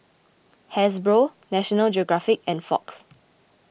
Hasbro National Geographic and Fox